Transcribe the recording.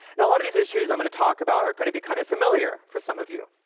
now, all of these issues i'm going to talk about are going to be kind of familiar for some of you.